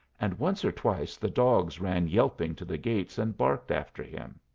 and once or twice the dogs ran yelping to the gates and barked after him.